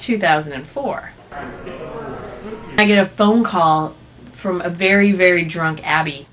two thousand and four you know a phone call from a very very drunk abby